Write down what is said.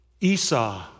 Esau